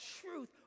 truth